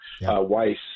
Weiss